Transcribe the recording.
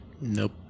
Nope